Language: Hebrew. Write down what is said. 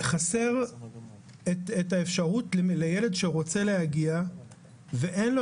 חסרה האפשרות לילד שרוצה להגיע ואין לו